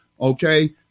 Okay